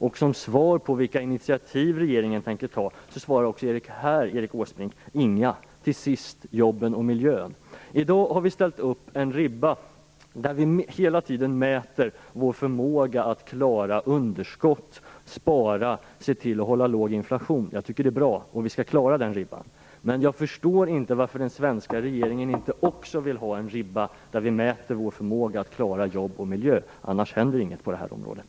Också som svar på frågan om vilka initiativ regeringen tänker ta svarar Erik Till sist jobben och miljön: I dag har vi satt upp en ribba med vilken vi hela tiden mäter vår förmåga att klara underskott, spara och se till att hålla låg inflation. Det tycker jag är bra, om vi skall klara den ribban. Men jag förstår inte varför den svenska regeringen inte också vill ha en ribba för att mäta vår förmåga att klara jobb och miljö - annars händer det inget på det här området.